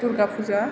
Durga Puja